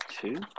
Two